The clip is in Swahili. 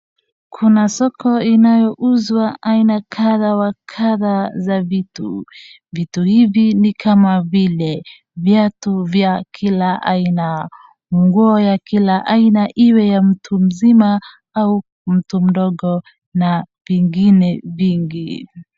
Kuna soko inayouzwa aina kadha wa kadha za vitu. Vitu hivi ni kama vile viatu vya kila aina, nguo ya kila aina, iwe ya mtu mzima au mtu mdogo na vingine vingi.